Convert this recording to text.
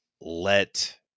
let